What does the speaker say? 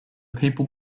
people